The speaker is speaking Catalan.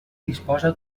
disposa